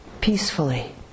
peacefully